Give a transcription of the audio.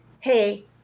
hey